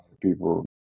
people